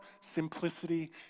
simplicity